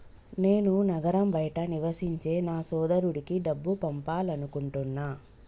నేను నగరం బయట నివసించే నా సోదరుడికి డబ్బు పంపాలనుకుంటున్నా